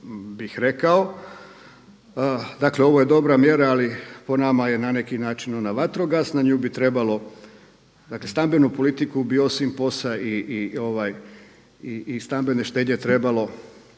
bih rekao, dakle ovo je dobra mjera ali po nama je na neki način ona vatrogasna, nju bi trebalo dakle stambenu politiku bi osim POS-a i stambene štednje trebalo